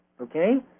okay